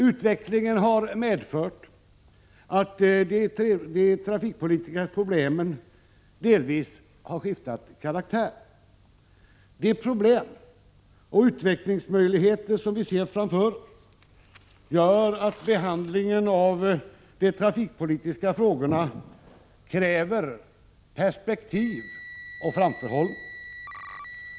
Utvecklingen har medfört att de trafikpolitiska problemen delvis har skiftat karaktär. De problem och utvecklingsmöjligheter som vi ser framför oss gör att behandlingen av de trafikpolitiska frågorna kräver perspektiv och framförhållning.